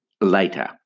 later